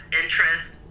interest